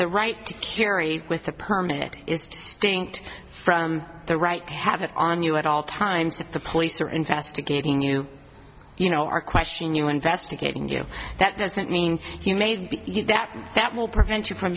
the right to carry with a permit is stink from the right to have it on you at all times that the police are investigating you you know are question you investigating you that doesn't mean you made that and that will prevent you from